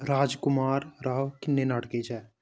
राजकुमार राव किन्ने नाटकें च ऐ